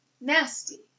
Nasty